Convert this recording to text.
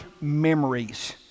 memories